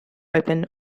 open